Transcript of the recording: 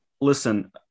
Listen